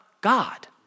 God